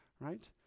right